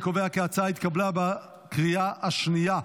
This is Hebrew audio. אני קובע כי ההצעה התקבלה בקריאה השנייה.